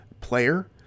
player